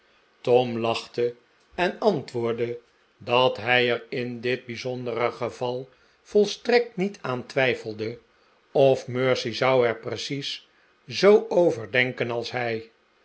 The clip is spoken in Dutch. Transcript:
tom lachte en antwoordde dat hij er in dit bijzondere geval volstrekt niet aan twijfelde of mercy zou er precies zoo over denken als hij